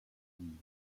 libres